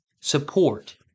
support